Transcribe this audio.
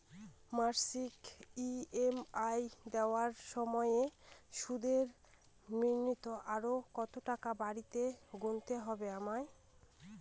মাসিক ই.এম.আই দেওয়ার সময়ে সুদের নিমিত্ত আরো কতটাকা বাড়তি গুণতে হবে আমায়?